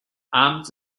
abends